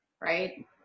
right